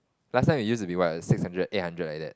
last time I used to be about six hundred eight hundred like that